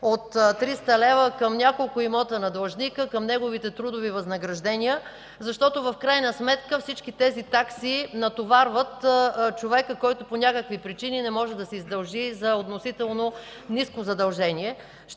от 300 лв. към няколко имота на длъжника, към неговите трудови възнаграждения, защото в крайна сметка всички тези такси натоварват човека, който по някакви причини не може да се издължи за относително ниско задължение.